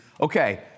Okay